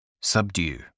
Subdue